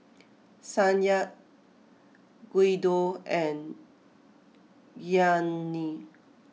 Sonya Guido and Gianni